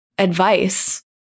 advice